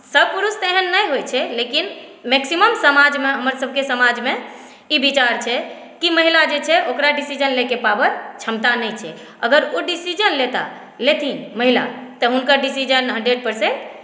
सभ पुरुष तऽ एहन नहि होइ छै लेकिन मैक्सिमम समाजमे हमर सभकेँ समाजमे ई विचार छै कि महिला जे छै ओकरा डिसीजन लै के पावर क्षमता नहि छै अगर ओ डिसीजन लेता लेथिन महिला तऽ हुनकर डिसीजन हन्ड्रेड परसेन्ट